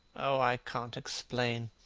oh, i can't explain.